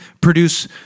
produce